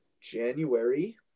January